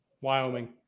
Wyoming